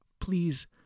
Please